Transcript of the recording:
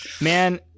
Man